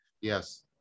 yes